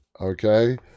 Okay